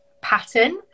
pattern